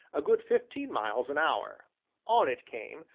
a good fifteen miles an hour on it came,